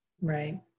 right